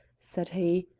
said he.